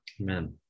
Amen